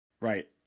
Right